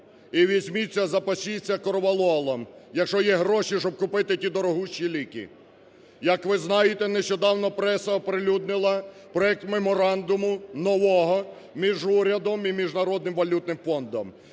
і візьміться, запасіться корвалолом, якщо є гроші, щоб купити ті дорогущі ліки. Як ви знаєте, нещодавно преса оприлюднила проект меморандуму нового між урядом і Міжнародним валютним фондом,